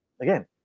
again